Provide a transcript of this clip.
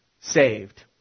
saved